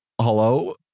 hello